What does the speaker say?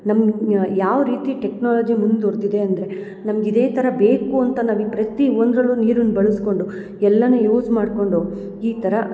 ನಮ್ಗ ಯಾವ ರೀತಿ ಟೆಕ್ನಾಲಜಿ ಮುಂದ್ವರ್ದಿದೆ ಅಂದರೆ ನಮ್ಗ ಇದೇ ಥರ ಬೇಕು ಅಂತ ನಾವು ಪ್ರತಿ ಒಂದರಲ್ಲೂ ನೀರಿನ ಬಳ್ಸ್ಕೊಂಡು ಎಲ್ಲಾನು ಯೂಸ್ ಮಾಡ್ಕೊಂಡು ಈ ಥರ